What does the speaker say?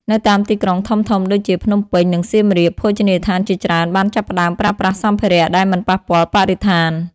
នៅតាមទីក្រុងធំៗដូចជាភ្នំពេញ និងសៀមរាប ភោជនីយដ្ឋានជាច្រើនបានចាប់ផ្តើមប្រើប្រាស់សម្ភារៈដែលមិនប៉ះពាល់បរិស្ថាន។